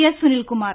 S Sunilkumar